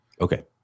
Okay